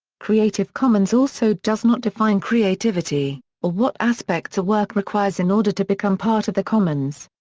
creative commons also does not define creativity or what aspects a work requires in order to become part of the commons.